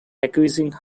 accusing